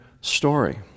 story